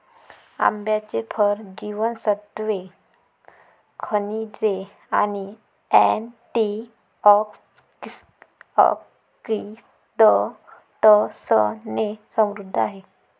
आंब्याचे फळ जीवनसत्त्वे, खनिजे आणि अँटिऑक्सिडंट्सने समृद्ध आहे